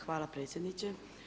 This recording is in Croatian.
Hvala predsjedniče.